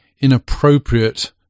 inappropriate